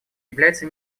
является